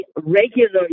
regular